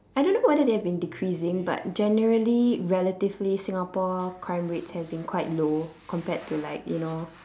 I don't know whether they have been deceasing but generally relatively singapore crime rates have been quite low compared to like you know